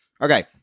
Okay